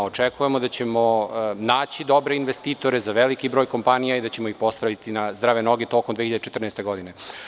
Očekujemo da ćemo naći dobre investitore za veliki broj kompanija i da ćemo ih postaviti na zdrave noge tokom 2014. godine.